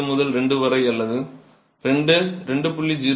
25 முதல் 2 வரை அல்லது 2 2